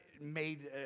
made